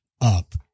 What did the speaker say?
up